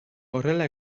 horrela